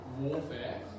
warfare